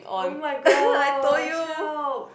oh-my-gosh help